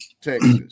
Texas